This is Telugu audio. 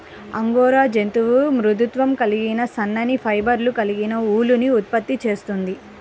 అంగోరా జంతువు మృదుత్వం కలిగిన సన్నని ఫైబర్లు కలిగిన ఊలుని ఉత్పత్తి చేస్తుంది